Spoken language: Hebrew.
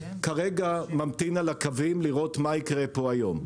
כרגע הוא ממתין על הקווים כדי לראות מה יקרה פה היום.